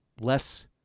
less